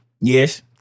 Yes